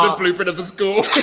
um blueprint of the school.